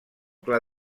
clar